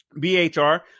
BHR